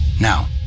Now